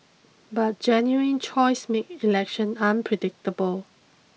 but genuine choice make election unpredictable